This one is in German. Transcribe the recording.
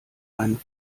einen